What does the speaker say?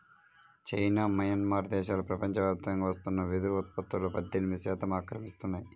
China, Myanmar దేశాలు ప్రపంచవ్యాప్తంగా వస్తున్న వెదురు ఉత్పత్తులో పద్దెనిమిది శాతం ఆక్రమిస్తున్నాయి